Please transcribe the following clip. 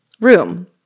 room